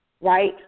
right